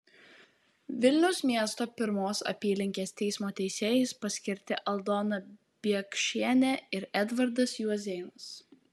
vilniaus miesto pirmos apylinkės teismo teisėjais paskirti aldona biekšienė ir edvardas juozėnas